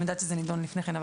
אני יודעת שזה נדון לפני כן,